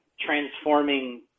transforming